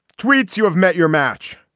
tweet's, you have met your match.